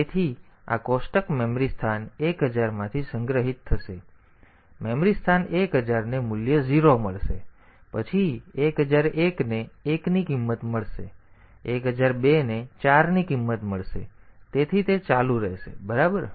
તેથી આ કોષ્ટક મેમરી સ્થાન 1000 માંથી સંગ્રહિત થશે તેથી મેમરી સ્થાન 1000 ને મૂલ્ય 0 મળશે પછી 1001 ને 1 ની કિંમત મળશે પછી 1002 ને 4 ની કિંમત મળશે તેથી તે ચાલુ રહેશે બરાબર